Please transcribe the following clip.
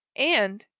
and,